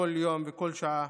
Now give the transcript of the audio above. כל יום וכל שעה